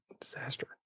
Disaster